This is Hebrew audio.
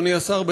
אדוני השר,